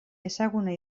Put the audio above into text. ezaguna